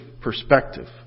perspective